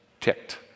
ticked